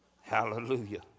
Hallelujah